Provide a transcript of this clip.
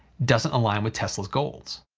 doesn't align with tesla's goals.